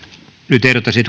nyt ehdottaisin